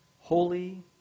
holy